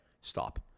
Stop